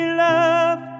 love